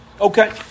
Okay